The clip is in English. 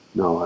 no